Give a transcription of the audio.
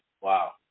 Wow